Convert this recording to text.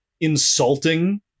insulting